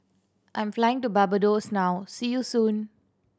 I'm flying to Barbados now see you soon